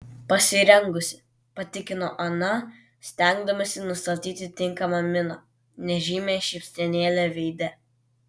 pasirengusi patikino ana stengdamasi nustatyti tinkamą miną nežymią šypsenėlę veide